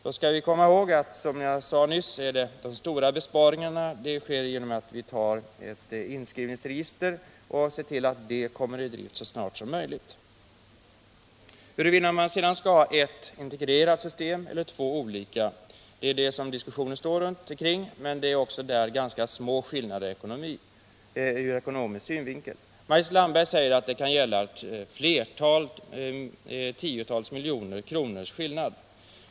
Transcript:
Då skall vi komma ihåg, som jag sade nyss, att de stora besparingarna kan göras genom att vi får ett inskrivningsregister på ADB så snart som möjligt. Huruvida man sedan skall ha ett integrerat system eller två olika system är det som diskussionen rör sig om. Där är det emellertid fråga om ganska små skillnader när det gäller ekonomin. Maj-Lis Landberg säger att det kan gälla tiotals miljoner kronors skillnad.